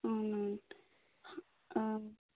అవునా